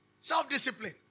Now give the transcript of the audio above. Self-discipline